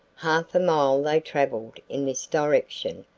half a mile they traveled in this direction,